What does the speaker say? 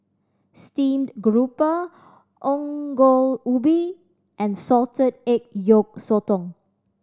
steamed grouper Ongol Ubi and salted egg yolk sotong